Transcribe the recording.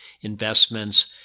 investments